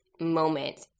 moment